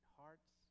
hearts